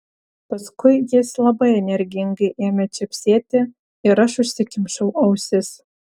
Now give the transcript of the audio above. paskui jis labai energingai ėmė čepsėti ir aš užsikimšau ausis